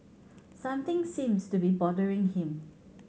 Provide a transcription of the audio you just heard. something seems to be bothering him